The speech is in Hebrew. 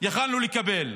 יכולנו לקבל.